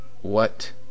What